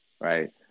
Right